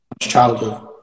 childhood